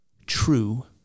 true